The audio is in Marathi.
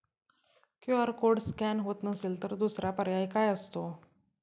क्यू.आर कोड स्कॅन होत नसेल तर दुसरा पर्याय काय असतो?